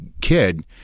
kid